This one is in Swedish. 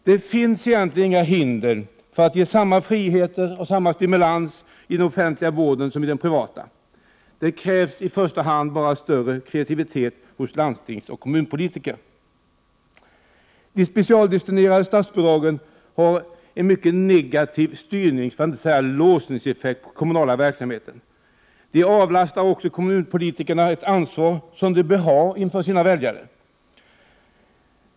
Det finns egentligen inget hinder för att ge samma friheter och samma stimulans i den offentliga vården som i den privata. Det krävs i första hand större kreativitet hos landstingsoch kommunpolitiker. De specialdestinerade statsbidragen har en mycket negativ styrningseffekt, för att inte säga låsningseffekt, på den kommunala verksamheten. De avlastar kommunpolitikerna ett ansvar som de bör ha inför sina väljare.